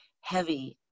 heavy